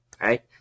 Right